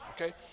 Okay